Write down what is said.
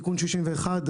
תיקון 61,